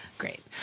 Great